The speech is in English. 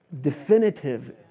Definitive